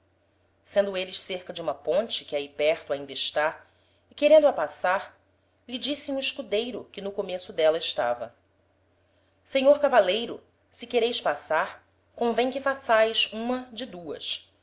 sendo êles cerca de uma ponte que ahi perto ainda está e querendo a passar lhe disse um escudeiro que no começo d'éla estava senhor cavaleiro se quereis passar convem que façaes uma de duas